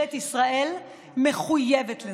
וממשלת ישראל מחויבת לזה.